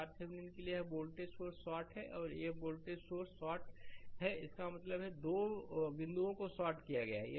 तो RThevenin के लिए यह वोल्टेज सोर्स शॉट है यह वोल्टेज सोर्स शॉट है इसका मतलब है इन दो बिंदुओं को शॉर्ट किया गया है